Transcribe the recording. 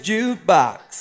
Jukebox